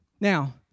Now